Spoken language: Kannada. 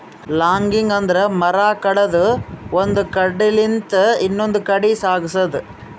ಲಾಗಿಂಗ್ ಅಂದ್ರ ಮರ ಕಡದು ಒಂದ್ ಕಡಿಲಿಂತ್ ಇನ್ನೊಂದ್ ಕಡಿ ಸಾಗ್ಸದು